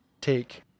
take